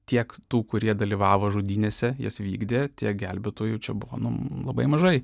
tiek tų kurie dalyvavo žudynėse jas vykdė tie gelbėtojų čia buvo nu labai mažai